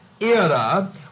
era